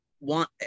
want